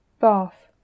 Bath